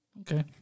Okay